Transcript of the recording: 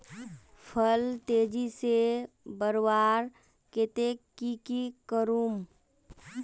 फल तेजी से बढ़वार केते की की करूम?